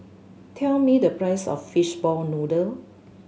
tell me the price of fishball noodle